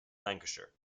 lancashire